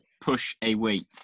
Push-A-Weight